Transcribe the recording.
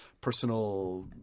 personal